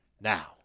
Now